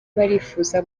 barifuza